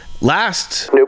last